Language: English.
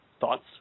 Thoughts